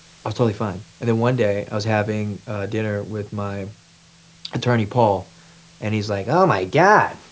was totally fine. and then one day i was having dinner with my attorney paul and he's like, oh my god,